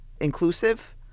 inclusive